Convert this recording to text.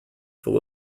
full